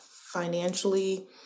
financially